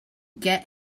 get